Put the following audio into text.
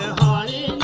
party